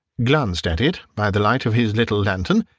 glanced at it by the light of his little lantern,